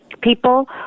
people